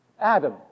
Adam